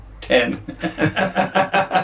Ten